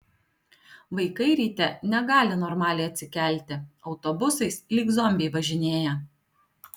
vaikai ryte negali normaliai atsikelti autobusais lyg zombiai važinėja